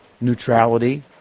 Neutrality